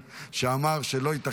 לצורך הכנתה לקריאה שנייה ושלישית.